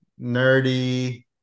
nerdy